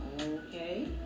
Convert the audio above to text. Okay